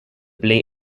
play